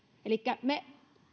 elikkä me